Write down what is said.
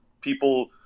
people